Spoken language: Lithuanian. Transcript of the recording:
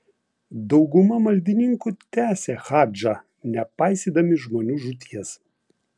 dauguma maldininkų tęsė hadžą nepaisydami žmonių žūties